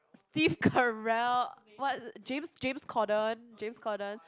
Steve Carell what James James-Corden James-Corden